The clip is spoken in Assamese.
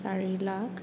চাৰি লাখ